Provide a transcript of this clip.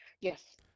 Yes